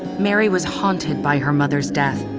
mary was haunted by her mother's death,